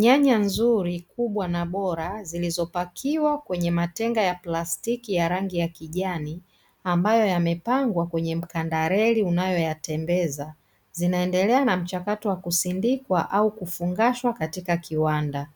Nyanya nzuri, kubwa na bora, zilizopakiwa kwenye matenga ya plastiki ya rangi ya kijani, ambayo yamepangwa kwenye mkandareli unayoyatembeza, zinaendelea na mchakato wa kusindikwa au kufungashwa katika kiwanda.